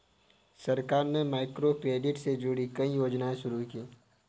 सरकार ने माइक्रोक्रेडिट से जुड़ी कई योजनाएं शुरू की